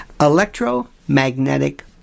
electromagnetic